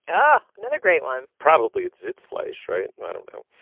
oh, another great one. probably it zits flies, right? i don't know,